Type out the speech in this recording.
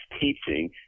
teaching